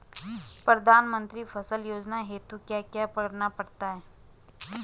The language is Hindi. प्रधानमंत्री फसल योजना हेतु क्या क्या करना पड़ता है?